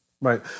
Right